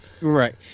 right